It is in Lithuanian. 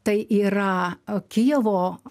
tai yra kijevo